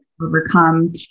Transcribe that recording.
Overcome